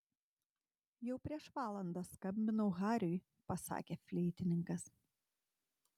jau prieš valandą skambinau hariui pasakė fleitininkas